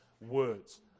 words